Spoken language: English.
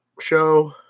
show